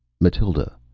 Matilda